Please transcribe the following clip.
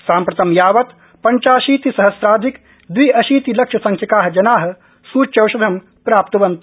साम्प्रतं यावत् पञ्चाशीति सहस्राधिक द्वि अशीति लक्षसंख्यका जना सूच्यौषधम् प्राप्तवन्त